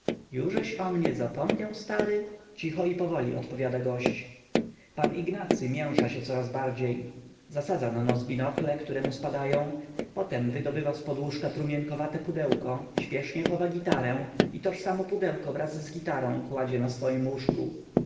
o mnie zapomniał stary cicho i powoli odpowiada gość pan ignacy mięsza się coraz bardziej zasadza na nos binokle które mu spadają potem wydobywa zpod łóżka trumienkowate pudło śpiesznie chowa gitarę i toż samo pudełko wraz z gitarą kładzie na swojem